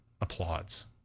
applauds